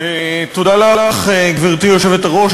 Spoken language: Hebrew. תודה לך, גברתי היושבת-ראש.